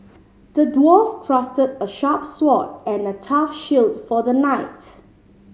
the dwarf crafted a sharp sword and a tough shield for the knight